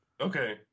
Okay